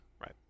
Right